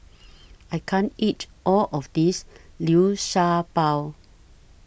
I can't eat All of This Liu Sha Bao